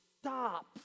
stop